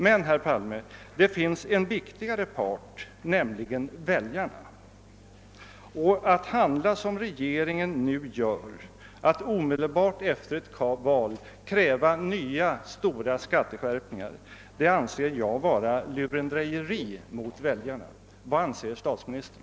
Men, herr Palme, det finns en viktigare part, nämligen väljarna. Att handla som regeringen nu gör och omedelbart efter ett val kräva nya stora skatteskärpningar anser jag vara lurendrejeri mot väljarna. Vad anser statsministern?